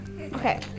okay